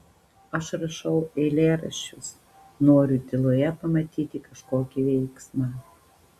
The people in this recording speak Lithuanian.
aš rašau eilėraščius noriu tyloje pamatyti kažkokį veiksmą